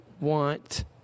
want